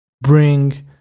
bring